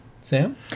Sam